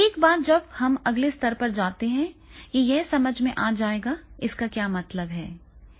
एक बार जब हम अगले स्तर पर जाते हैं कि यह समझ में आ जाएगा इसका क्या मतलब है